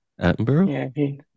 Attenborough